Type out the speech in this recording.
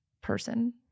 person